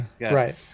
right